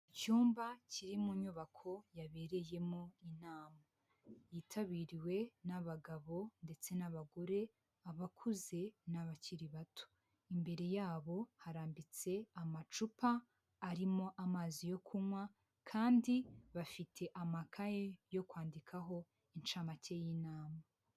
Icyumba kiri mu nyubako yabereyemo inama yitabiriwe n'abagabo ndetse n'abagore, abakuze n'abakiri bato. Imbere yabo harambitse amacupa arimo amazi yo kunywa kandi bafite amakaye yo kwandikaho incamake y'inama.